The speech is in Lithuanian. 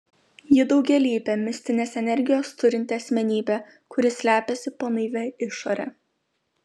ji daugialypė mistinės energijos turinti asmenybė kuri slepiasi po naivia išore